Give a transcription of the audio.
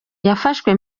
yafashwe